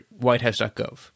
whitehouse.gov